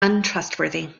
untrustworthy